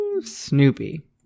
snoopy